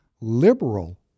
liberal